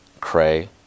cray